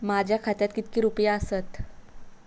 माझ्या खात्यात कितके रुपये आसत?